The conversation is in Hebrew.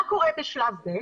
מה קורה בשלב ב'?